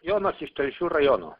jonas iš telšių rajono